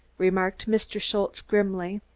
remarked mr. schultze grimly.